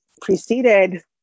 preceded